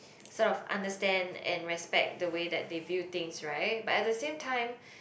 sort of understand and respect the way that they view things right but at the same time